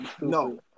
No